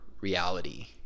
reality